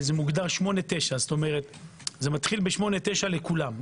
ככה זה מתחיל לכולם,